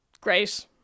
great